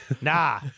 nah